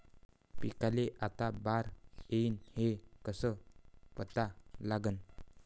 पिकाले आता बार येईन हे कसं पता लागन?